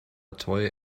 toy